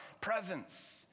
presence